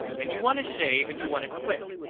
and you want a shave and you want it quick.